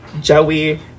Joey